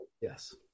yes